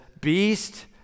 beast